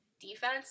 defense